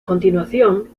continuación